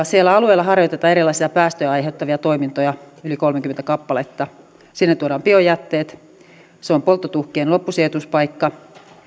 siellä alueella harjoitetaan erilaisia päästöjä aiheuttavia toimintoja yli kolmeakymmentä kappaletta sinne tuodaan biojätteet se on polttotuhkien loppusijoituspaikka